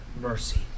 mercy